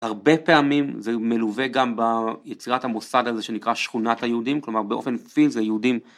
הרבה פעמים זה מלווה גם ביצירת המוסד הזה שנקרא שכונת היהודים כלומר באופן פיזי היהודים